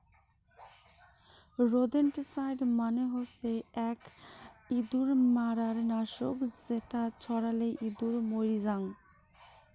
rodenticide মানে হসে আক ইঁদুর মারার নাশক যেটা ছড়ালে ইঁদুর মইরে জাং